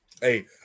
Hey